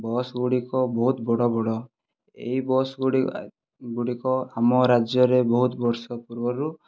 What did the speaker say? ବସଗୁଡ଼ିକ ବହୁତ ବଡ଼ ବଡ଼ ଏହି ବସ ଗୁଡ଼ିକ ଆମ ରାଜ୍ୟରେ ବହୁତ ବର୍ଷ ପୂର୍ବରୁ